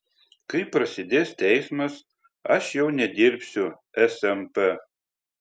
kai prasidės teismas aš jau nedirbsiu smp